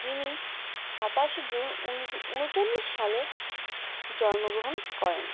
যিনি সাতাশে জুন উনিশশো উনচল্লিশ সালে জন্মগ্রহণ করেন